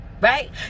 Right